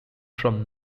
from